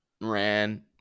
ran